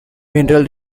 mineral